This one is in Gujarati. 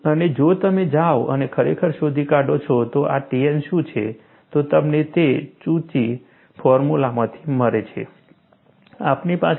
અને જો તમે જાઓ અને ખરેખર શોધી કાઢો છો કે આ Tn શું છે તો તમને તે ચુચી ફોર્મુલામાંથી Cauchy's formula મળે છે